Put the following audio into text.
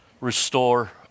restore